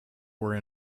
were